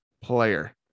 player